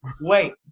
Wait